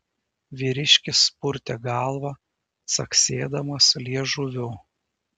vyriškis purtė galvą caksėdamas liežuviu